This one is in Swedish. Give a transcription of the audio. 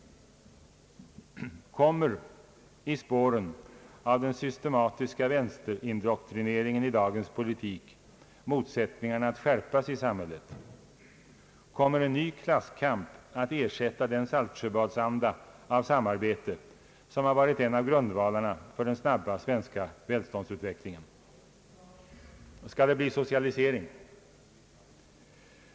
Kommer i spåren av den systematiska vänsterindoktrineringen i dagens politik motsättningarna = att skärpas i samhället? Kommer en ny klasskamp att ersätta den Saltsjöbadsanda av samarbete som har varit en av grundvalarna för den snabba svenska välståndsutvecklingen? Skall det bli socialisering?